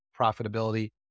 profitability